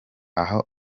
aha